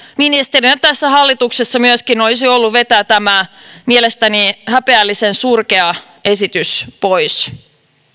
ministerinä tässä hallituksessa myöskin olisi ollut vetää tämä mielestäni häpeällisen surkea esitys pois